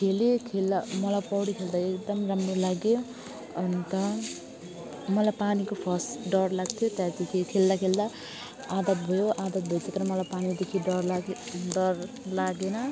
खेलेँ खेल्दा मलाई पौडी खेल्दा एकदम राम्रो लाग्यो अन्त मलाई पानीको फर्स्ट डर लाग्थ्यो त्यहाँदेखि खेल्दा खेल्दा आदत भयो आदत भइसकेर मलाई पानीदेखि डर लाग्यो डर लागेन